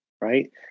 right